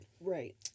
right